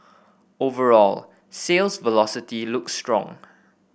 overall sales velocity looks strong